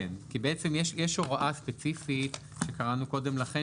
בעצם יש הוראה ספציפית שקראנו קודם לכן